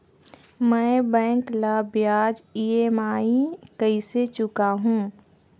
मैं बैंक ला ब्याज ई.एम.आई कइसे चुकाहू?